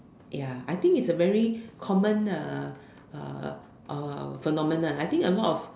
ya I think it's a very common uh uh uh phenomenon I think a lot of